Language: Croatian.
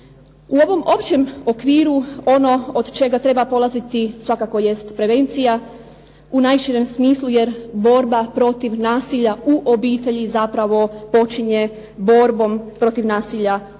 U ovom općem okviru ono od čega polaziti svakako jest prevencija u najširem smislu, jer borba protiv nasilja u obitelji zapravo počinje borbom protiv nasilja u društvu.